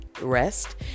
rest